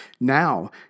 Now